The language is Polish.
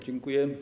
Dziękuję.